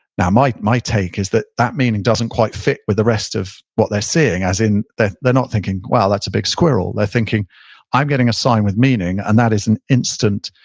now my my take is that that meaning doesn't quite fit with the rest of what they're seeing, as in they're not thinking wow, that's a big squirrel. they're thinking i'm getting a sign with meaning and that is an instant,